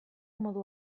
modu